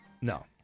No